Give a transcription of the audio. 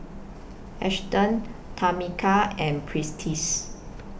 Auston Tamika and Prentiss